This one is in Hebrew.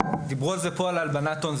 דיברו פה על הלבנת הון.